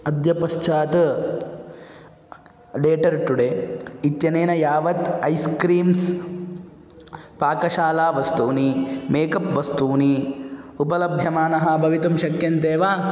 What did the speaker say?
अद्य पश्चात् later today इत्यनेन यावत् ऐस् क्रीम्स् पाकशालावस्तूनि मेकप् वस्तूनि उपलभ्यमानाः भवितुं शक्यन्ते वा